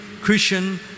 Christian